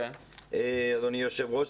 אדוני היושב-ראש,